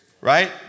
Right